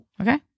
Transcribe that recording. Okay